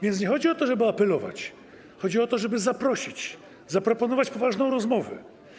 Więc nie chodzi o to, żeby apelować; chodzi o to, żeby zaprosić, zaproponować poważną rozmowę.